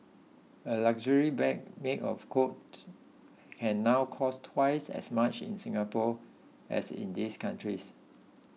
a luxury bag made of Coach can now cost twice as much in Singapore as in these countries